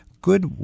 good